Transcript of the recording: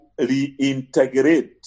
reintegrate